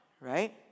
right